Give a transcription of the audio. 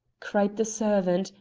cried the servant,